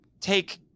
take